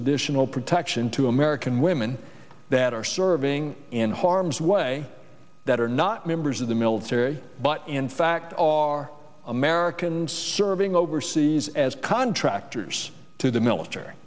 additional protection to american women that are serving in harm's way that are not members of the military but in fact are americans serving overseas as contractors to the military